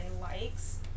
likes